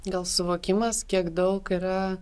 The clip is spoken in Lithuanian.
gal suvokimas kiek daug yra